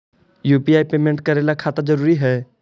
UPI payment करे ला खाता जरूरी है?